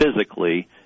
physically